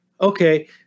okay